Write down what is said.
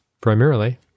primarily